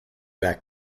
back